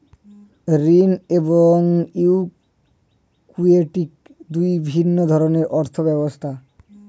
ঋণ এবং ইক্যুইটি দুটি ভিন্ন ধরনের অর্থ ব্যবস্থা